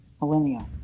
millennia